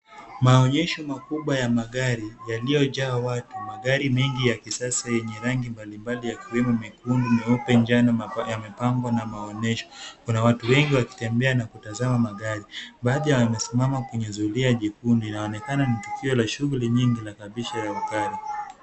Maonyesho makubwa ya magari yaliyojaa watu. Magari mengi ya kisasa yenye rangi mbali mbali yakiwemo mekundu, meupe, njano yamepangwa kwa maonyesho. Kuna watu wengi wakitembea na kutazama magari. Baadhi yao wamesimama kwenye zuilia nyekundu. Inaonekana ni tukio la shughuli nyingi la kabisho ya gari.